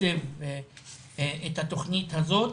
לתקצב את התוכנית הזאת.